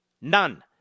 None